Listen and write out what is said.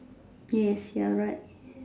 yes you're right